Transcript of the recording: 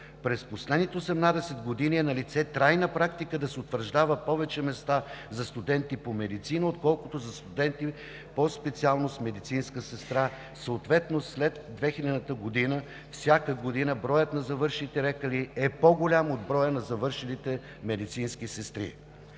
През последните 18 години е налице трайна практика да се утвърждават повече места за студенти по „Медицина“, отколкото за студенти по специалност „Медицинска сестра“. Съответно всяка година след 2000 г. броят на завършилите лекари е по-голям от броя на завършилите медицински сестри.